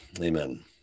Amen